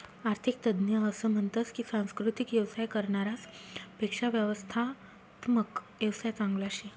आरर्थिक तज्ञ असं म्हनतस की सांस्कृतिक येवसाय करनारास पेक्शा व्यवस्थात्मक येवसाय चांगला शे